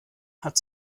hat